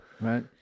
right